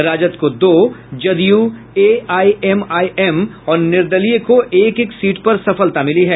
राजद को दो जदयू एआईएमआईएम और निर्दलीय को एक एक सीट पर सफलता मिली है